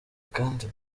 kandi